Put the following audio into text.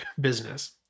business